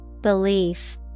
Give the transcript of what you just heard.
Belief